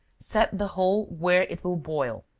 set the whole where it will boil,